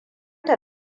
ta